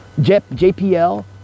JPL